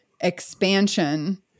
expansion